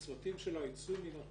הצוותים של חברה בדרך כלל יצאו מנתב"ג,